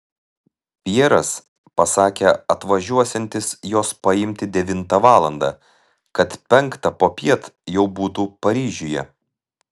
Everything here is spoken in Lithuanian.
pjeras pasakė atvažiuosiantis jos paimti devintą valandą kad penktą popiet jau būtų paryžiuje